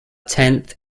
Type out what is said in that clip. tenth